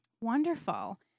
Wonderful